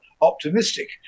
optimistic